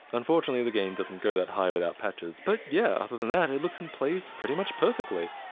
unfortunately, the game doesn't go that high without patches. but yeah, other than that, it looks and plays pretty much perfectly.